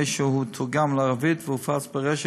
הרי שהוא תורגם לערבית והופץ ברשת,